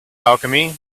alchemy